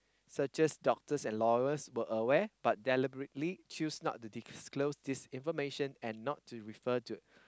suggest doctors and lawyers were aware but deliberately choose not to disclose this information and not to refer to